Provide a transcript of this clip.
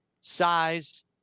size